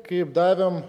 kaip davėm